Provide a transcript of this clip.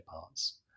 parts